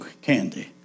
candy